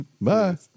Bye